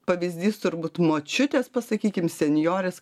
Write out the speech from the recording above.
pavyzdys turbūt močiutės pasakykim senjorės